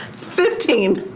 fifteen.